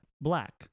black